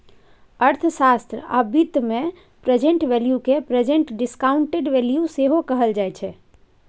अर्थशास्त्र आ बित्त मे प्रेजेंट वैल्यू केँ प्रेजेंट डिसकांउटेड वैल्यू सेहो कहल जाइ छै